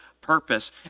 purpose